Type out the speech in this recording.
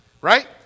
Right